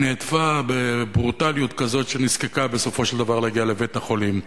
היא נהדפה בברוטליות כזאת שנזקקה בסופו של דבר להגיע לבית-חולים.